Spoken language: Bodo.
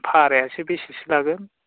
भारायासो बेसेसो लागोन